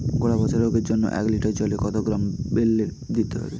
গোড়া পচা রোগের জন্য এক লিটার জলে কত গ্রাম বেল্লের দিতে হবে?